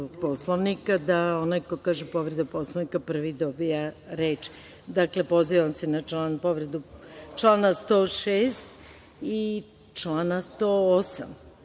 Poslovnika, da onaj ko kaže – povreda Poslovnika, prvi dobija reč. Dakle, pozivam se na povredu člana 106. i člana 108.